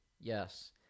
Yes